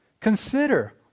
consider